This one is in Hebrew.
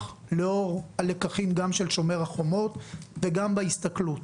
לאור הלקחים גם של שומר החומות וגם בהסתכלות.